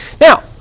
Now